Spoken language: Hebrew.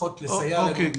שצריכות לסייע --- או.קיי.